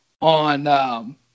on